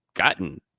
Gotten